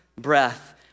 breath